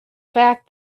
fact